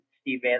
Steve